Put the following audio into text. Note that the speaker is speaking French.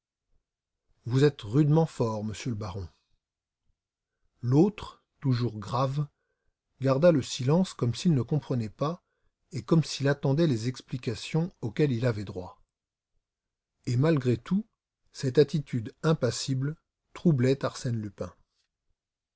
vous êtes rudement fort monsieur le baron l'autre toujours grave garda le silence comme s'il ne comprenait pas et comme s'il attendait les explications auxquelles il avait droit et malgré tout cette attitude impassible troublait arsène lupin